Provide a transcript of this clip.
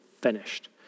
finished